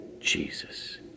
Jesus